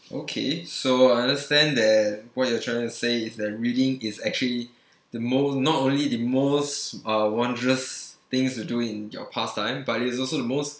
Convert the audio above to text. okay so I understand that what you're trying to say is that reading is actually the most not only the most uh wondrous things to do in your pastime but it is also the most